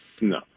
no